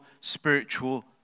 spiritual